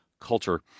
culture